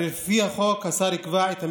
הרי לפי החוק, השר יקבע את המדיניות.